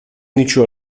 nicio